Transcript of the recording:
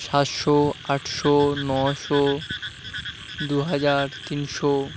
সাতশো আটশো নশো দুহাজার তিনশো